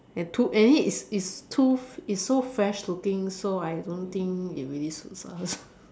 ya too and it's it's too it's so fresh looking so I don't think it really suits us